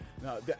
No